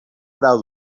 grau